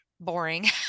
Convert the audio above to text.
boring